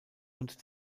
und